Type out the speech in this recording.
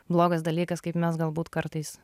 blogas dalykas kaip mes galbūt kartais